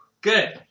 Good